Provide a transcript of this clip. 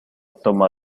toma